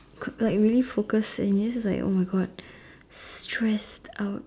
like really focus and you just like !oh-my-God! stressed out